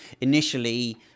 initially